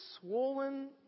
swollen